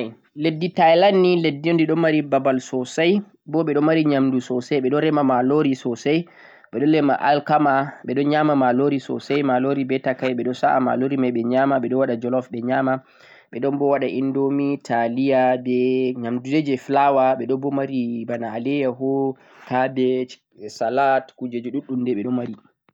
leddi Thailand ni leddi un di ɗo mari babal sosai bo ɓe ɗon mari nyamdu sosai, ɓe ɗon rema malori sosai, ɓe rema al'kama, ɓe ɗon nyama malori sosai ɓe nyama malori be takai ɓe ɗon sa'a malori mai ɓe nyama, ɓe ɗon waɗa jeleouf ɓe nyama, ɓe ɗon bo waɗa indomie, taliya, be nyamdu dai je flour, ɓe ɗo bo mari bana alayyaho, ha be salad kujeji ɗuɗɗum dai ɓe ɗon mari.